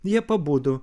jie pabudo